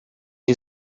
you